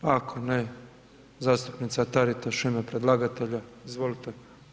Ako ne, zastupnica Taritaš u ime predlagatelja, izvolite.